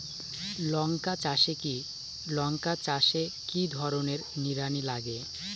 লঙ্কা চাষে কি ধরনের নিড়ানি লাগে?